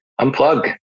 Unplug